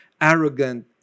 arrogant